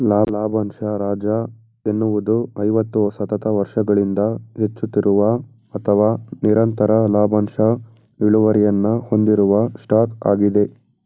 ಲಾಭಂಶ ರಾಜ ಎನ್ನುವುದು ಐವತ್ತು ಸತತ ವರ್ಷಗಳಿಂದ ಹೆಚ್ಚುತ್ತಿರುವ ಅಥವಾ ನಿರಂತರ ಲಾಭಾಂಶ ಇಳುವರಿಯನ್ನ ಹೊಂದಿರುವ ಸ್ಟಾಕ್ ಆಗಿದೆ